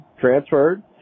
transferred